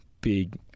big